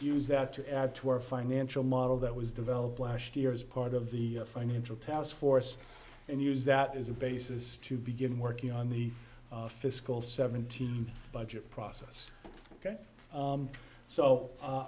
use that to add to our financial model that was developed last year as part of the financial taskforce and use that as a basis to begin working on the fiscal seventeen budget process ok